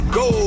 go